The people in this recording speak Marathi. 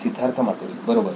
सिद्धार्थ मातुरी बरोबर